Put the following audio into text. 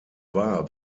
war